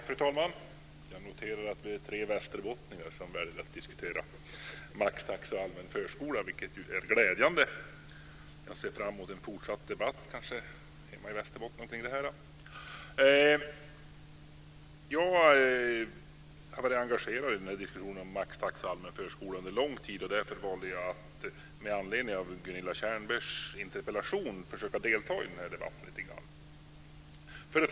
Fru talman! Jag noterar att vi är tre västerbottningar som väljer att diskutera maxtaxa och allmän förskola, vilket ju är glädjande. Jag ser fram emot en fortsatt debatt, kanske hemma i Västerbotten, om detta. Jag har varit engagerad i diskussionen om maxtaxa och allmän förskola under en lång tid. Därför valde jag att med anledning av Gunilla Tjernbergs interpellation delta i debatten.